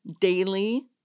daily